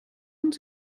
und